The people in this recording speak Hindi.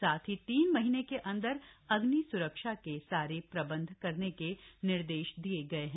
साथ ही तीन महीने के अंदर अग्नि स्रक्षा के सारे प्रबंध करने के निर्देश दिए गए हैं